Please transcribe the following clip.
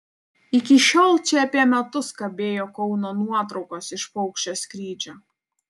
iki šiol čia apie metus kabėjo kauno nuotraukos iš paukščio skrydžio